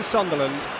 Sunderland